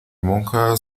monja